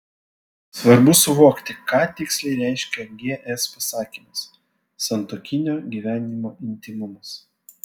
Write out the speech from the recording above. svarbu suvokti ką tiksliai reiškia gs pasakymas santuokinio gyvenimo intymumas